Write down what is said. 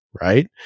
right